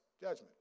judgment